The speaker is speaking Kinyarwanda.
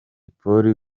polly